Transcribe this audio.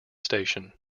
station